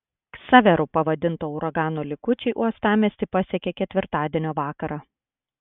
ksaveru pavadinto uragano likučiai uostamiestį pasiekė ketvirtadienio vakarą